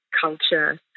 culture